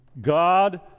God